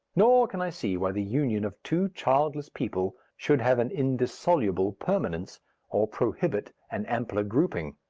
nor can i see why the union of two childless people should have an indissoluble permanence or prohibit an ampler grouping.